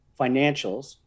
financials